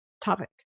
topic